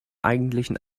eigentlichen